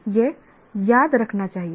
यह याद रखना चाहिए